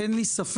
אין לי ספק,